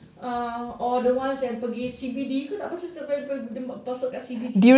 uh or the ones yang pergi C_B_D kau tak baca dia masuk kat C_B_D